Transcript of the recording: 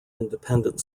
independent